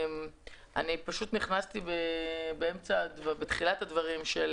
אני פשוט נכנסתי בתחילת הדברים של